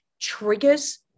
triggers